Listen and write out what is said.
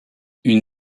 une